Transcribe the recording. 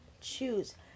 choose